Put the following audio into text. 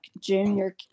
junior